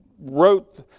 wrote